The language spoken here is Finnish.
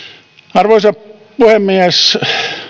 arvoisa puhemies